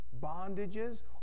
bondages